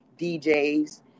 DJs